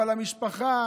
אבל המשפחה